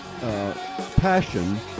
passion